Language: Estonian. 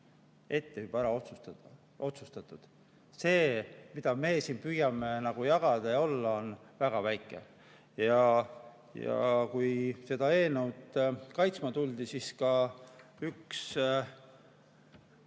ette juba ära otsustatud. See, mida me siin püüame jagada, on väga väike. Ja kui seda eelnõu kaitsma tuldi, siis üks